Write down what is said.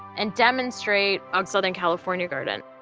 and demonstrate our southern california garden.